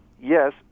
yes